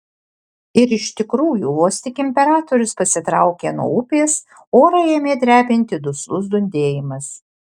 ir iš tikrųjų vos tik imperatorius pasitraukė nuo upės orą ėmė drebinti duslus dundėjimas